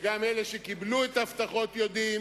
וגם אלה שקיבלו את ההבטחות יודעים